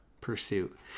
pursuit